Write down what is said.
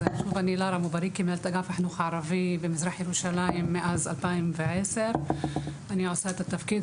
אני מנהלת אגף החינוך הערבי במזרח ירושלים מאז 2010. התחלתי את התפקיד